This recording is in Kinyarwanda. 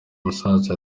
musaza